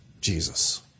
Jesus